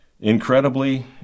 incredibly